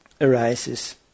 arises